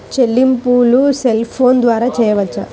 చెల్లింపులు cell phone ద్వారా చేయవచ్చా?